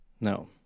No